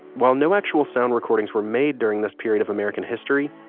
while no actual sound recordings were made during this period of american history,